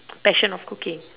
passion of cooking